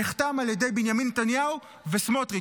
נחתם על ידי בנימין נתניהו וסמוטריץ',